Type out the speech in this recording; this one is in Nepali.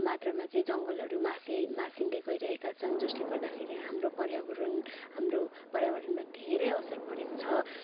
मात्रामा चाहिँ जङ्गलहरू मासे मासिँदै गइरहेका छन् जसले गर्दाखेरि हाम्रो पर्यावरण हाम्रो पर्यावरणमा धेरै असर परेको छ